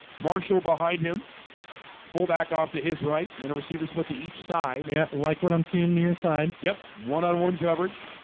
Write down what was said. marshall behind him fullback off to his right and a receiver split to each side. yeah, like what i'm seeing near sign. yep one-on-one coverage